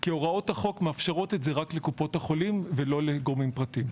כי הוראות החוק מאפשרות את זה רק לקופות החולים ולא לגורמים פרטיים.